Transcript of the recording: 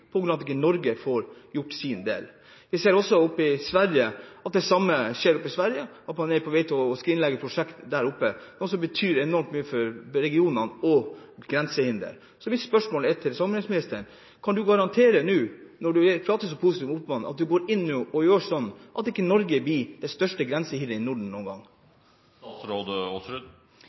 grunn av at Norge ikke får gjort sin del. Vi ser også at det samme skjer i Sverige, at man er på vei til å skrinlegge prosjekter der oppe, noe som betyr enormt mye for regionene og grensehindre. Så mitt spørsmål til samarbeidsministeren er: Kan hun garantere, nå når hun prater så positivt om Ofotbanen, at hun går inn og sørger for at Norge ikke blir det største grensehinderet i Norden noen